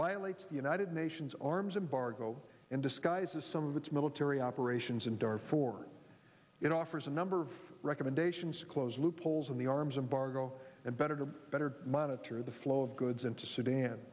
violates the united nations arms embargo and disguises some of its military operations in dar for it offers a number of recommendations to close loopholes in the arms embargo and better to better monitor the flow of goods into sudan